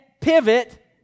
pivot